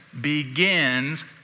begins